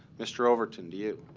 mr. overton, do you?